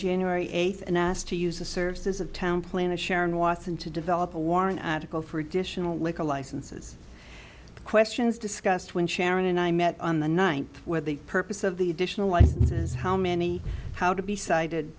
january eighth and asked to use the services of town planner sharon watson to develop a warrant an article for additional liquor licenses questions discussed when sharon and i met on the ninth where the purpose of the additional licenses how many how to be sited